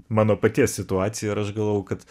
mano paties situacija ir aš galvojau kad